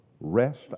rest